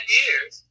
years